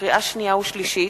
לקריאה שנייה ולקריאה שלישית: